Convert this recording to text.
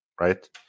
right